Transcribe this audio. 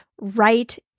right